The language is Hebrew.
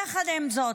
יחד עם זאת,